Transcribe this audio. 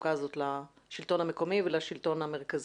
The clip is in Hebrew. החלוקה לשלטון המקומי ולשלטון המרכזי.